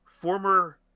former